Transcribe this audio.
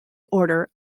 order